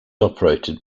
operated